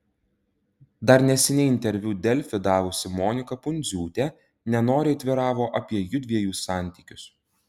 dar neseniai interviu delfi davusi monika pundziūtė nenoriai atviravo apie jųdviejų santykius